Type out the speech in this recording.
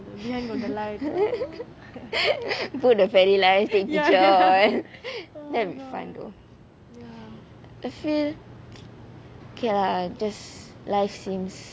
put the fairy light into job that will be fun though actually okay lah just life seems